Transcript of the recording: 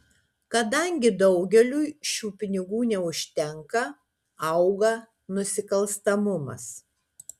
kadangi daugeliui šių pinigų neužtenka auga nusikalstamumas